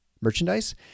merchandise